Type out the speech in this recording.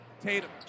Tatum